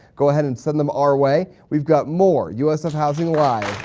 go ahead and send them our way. we've got more usf housing live!